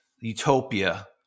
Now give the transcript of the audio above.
utopia